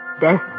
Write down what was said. death